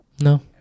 No